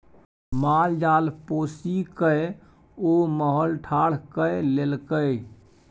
माल जाल पोसिकए ओ महल ठाढ़ कए लेलकै